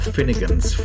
Finnegan's